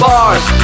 Bars